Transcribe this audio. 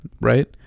right